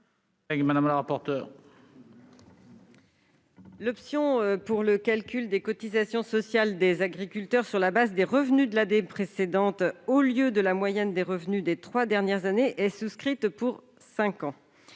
de la commission ? L'option pour le calcul des cotisations sociales des agriculteurs sur la base des revenus de l'année précédente, au lieu de la moyenne des revenus des trois dernières années, est souscrite pour cinq ans.